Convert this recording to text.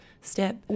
step